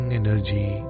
energy